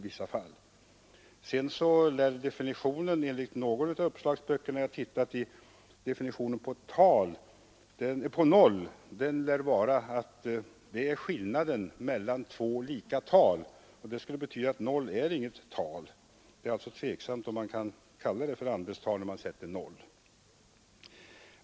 Men i åtminstone någon av de uppslagsböcker jag tittat i uppges det att definitionen på 0 utgör skillnaden mellan två lika tal, vilket skulle betyda att O inte är något tal. Det är alltså tveksamt att man kan kalla 0 för andelstal.